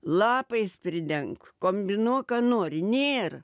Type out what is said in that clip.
lapais pridenk kombinuok ką nori nėr